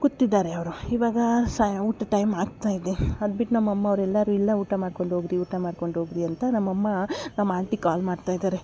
ಕೂತಿದ್ದಾರೆ ಅವರು ಇವಾಗ ಸಾ ಊಟದ ಟೈಮ್ ಆಗ್ತಾಯಿದೆ ಅದ್ಬಿಟ್ಟು ನಮ್ಮಮ್ಮವರು ಎಲ್ಲರೂ ಇಲ್ಲೇ ಊಟ ಮಾಡ್ಕೊಂಡು ಹೋಗಿರಿ ಊಟ ಮಾಡ್ಕೊಂಡು ಹೋಗಿರಿ ಅಂತ ನಮ್ಮಮ್ಮ ನಮ್ಮ ಆಂಟಿಗೆ ಕಾಲ್ ಮಾಡ್ತಾ ಇದ್ದಾರೆ